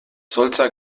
sulzer